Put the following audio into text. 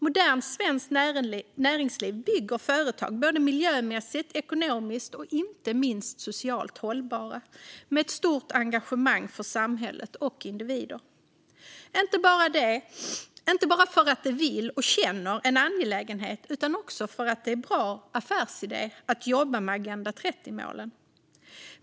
Modernt svenskt näringsliv bygger företag miljömässigt, ekonomiskt och inte minst socialt hållbara med ett stort engagemang för samhället och individer. Det är inte bara för att de vill och känner att det är angeläget utan också för att det är en bra affärsidé att jobba med Agenda 2030-målen.